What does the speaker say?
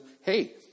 hey